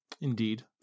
Indeed